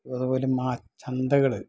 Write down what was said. അതുപോലെ മാ ചന്തകൾ